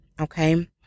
Okay